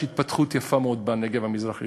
יש התפתחות יפה מאוד בנגב המזרחי,